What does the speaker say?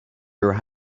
your